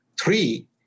three